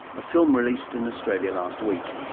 a film released in australia last week.